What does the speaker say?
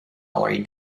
already